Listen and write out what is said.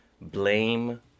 blame